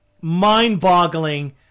mind-boggling